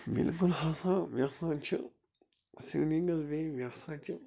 بِلکُل ہسا مےٚ سا چھِ سیٖلِنٛگٔس بیٚیہِ مےٚ ہسا چھِ